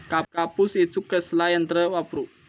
कापूस येचुक खयला यंत्र वापरू?